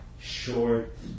short